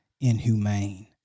inhumane